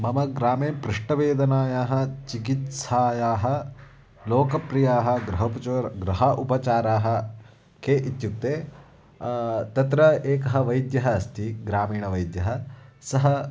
मम ग्रामे पृष्ठवेदनायाः चिकित्सायाः लोकप्रियाः गृहोपचाराः गृहोपचाराः के इत्युक्ते तत्र एकः वैद्यः अस्ति ग्रामीणवैद्यः सः